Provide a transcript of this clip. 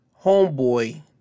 homeboy